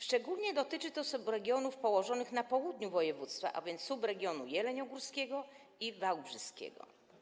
Szczególnie dotyczy to subregionów położonych na południu województwa, a więc subregionów jeleniogórskiego i wałbrzyskiego.